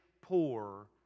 poor